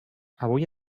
avui